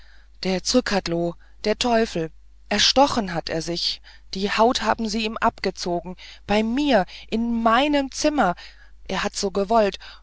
der zrcadlo der teufel erstochen hat er sich die haut haben sie ihm abgezogen bei mir in meinem zimmer er hat's so gewollt